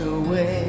away